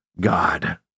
God